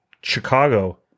Chicago